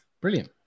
Brilliant